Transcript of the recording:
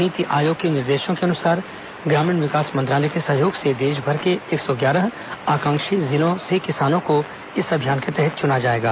नीति आयोग के निर्देशों के अनुसार ग्रामीण विकास मंत्रालय के सहयोग से देशभर के एक सौ ग्यारह आकांक्षी जिलों से किसानों को इस अभियान के तहत चुना जाएगा